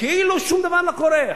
כאילו שום דבר לא קורה.